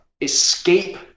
escape